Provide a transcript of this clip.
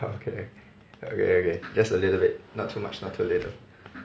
okay okay okay just a little bit not too much not to little